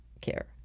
care